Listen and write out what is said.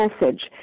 message